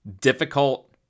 difficult